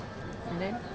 and then